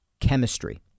chemistry